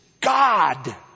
God